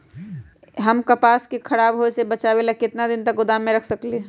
हम कपास के खराब होए से बचाबे ला कितना दिन तक गोदाम में रख सकली ह?